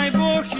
um more